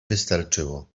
wystarczyło